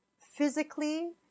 physically